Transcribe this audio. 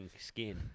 skin